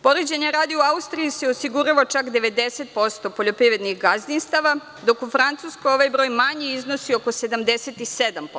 Poređenja radi, u Austriji se osigurava čak 90% poljoprivrednih gazdinstava, dok je u Francuskoj ovaj broj manji i iznosi oko 77%